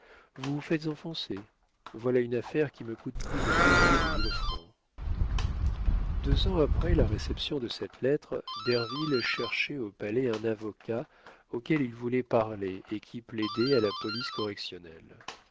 vous vous faites enfoncer voilà une affaire qui me coûte plus de deux billets de mille francs deux ans après la réception de cette lettre derville cherchait au palais un avocat auquel il voulait parler et qui plaidait à la police correctionnelle